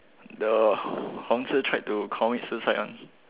the Hong-Zi tried to commit suicide [one]